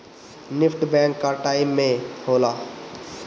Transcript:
NEFT bank कअ time में होला